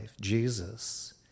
Jesus